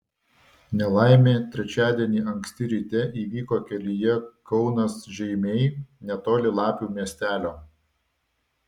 nelaimė trečiadienį anksti ryte įvyko kelyje kaunas žeimiai netoli lapių miestelio